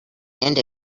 and